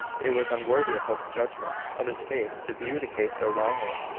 it was unworthy of hope's judgment of his faith to view the case so wrongly.